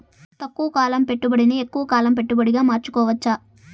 తక్కువ కాలం పెట్టుబడిని ఎక్కువగా కాలం పెట్టుబడిగా మార్చుకోవచ్చా?